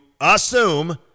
assume